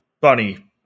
Bunny